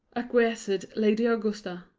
acquiesced lady augusta.